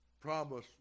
promise